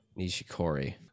Nishikori